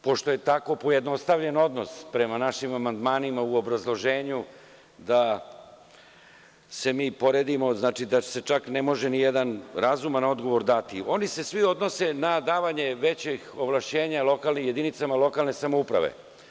Pošto je tako pojednostavljen odnos prema našim amandmanima u obrazloženju da se mi poredimo, znači da se čak ne može ni jedan razuman odgovor dati, oni se svi odnose na davanje većih ovlašćenja jedinicama lokalne samouprave.